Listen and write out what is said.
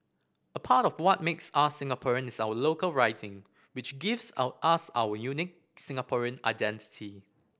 a part of what makes us Singaporean is our local writing which gives out us our unique Singaporean identity